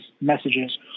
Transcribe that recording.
messages